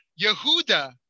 Yehuda